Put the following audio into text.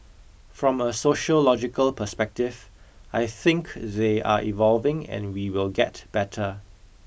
from a sociological perspective I think they are evolving and we will get better